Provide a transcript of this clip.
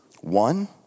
One